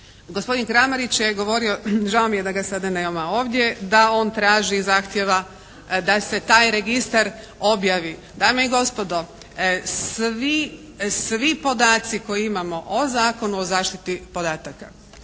Gospodin Kramarić je govorio, žao mi je da ga sada nema ovdje da on traži i zahtijeva da se taj registar objavi. Dame i gospodo, svi, svi podaci koje imamo o Zakonu o zaštiti podataka